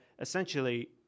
essentially